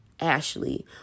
Ashley